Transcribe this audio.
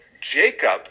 Jacob